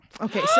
Okay